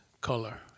color